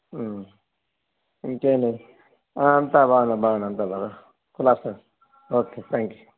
ఇంకేంటి అంతా బాగున్నాం బాగున్నారు అంతా బాగున్నారు కులాసాయే ఓకే థ్యాంక్ యూ